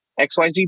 XYZ